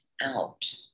out